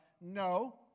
No